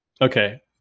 Okay